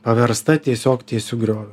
paversta tiesiog tiesiu grioviu